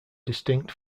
distinct